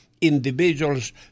individuals